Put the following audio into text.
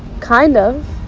kind of.